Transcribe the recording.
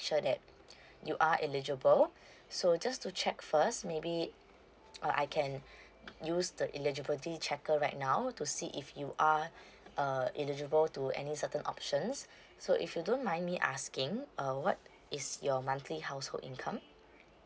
sure that you are eligible so just to check first maybe uh I can use the eligibility checker right now to see if you are uh eligible to any certain options so if you don't mind me asking uh what is your monthly household income